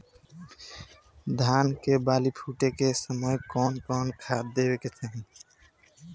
धान के बाली फुटे के समय कउन कउन खाद देवे के चाही?